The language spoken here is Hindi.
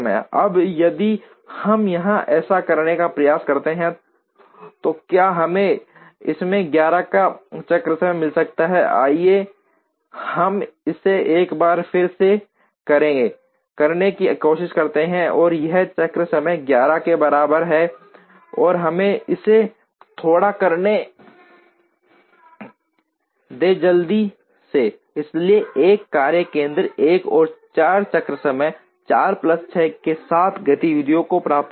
अब यदि हम यहां ऐसा करने का प्रयास करते हैं तो क्या हमें इसमें 11 का चक्र समय मिल सकता है आइए हम इसे एक बार फिर से करने की कोशिश करते हैं और यह चक्र समय 11 के बराबर है और हमें इसे थोड़ा करने दें जल्दी से इसलिए 1 कार्य केंद्र 1 और 4 चक्र समय 4 प्लस 6 के साथ गतिविधियों को प्राप्त करेगा